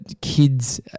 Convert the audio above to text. kids